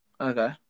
Okay